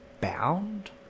bound